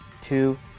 two